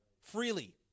freely